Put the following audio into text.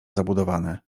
zabudowane